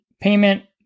payment